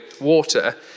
water